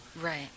Right